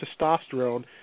testosterone